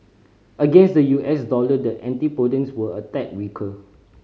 against the U S dollar the antipodeans were a tad weaker